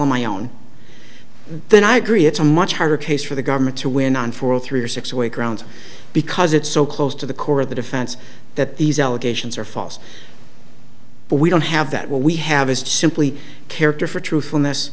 on my own then i agree it's a much harder case for the government to win on for three or six away grounds because it's so close to the core of the defense that these allegations are false but we don't have that what we have is simply character for truthfulness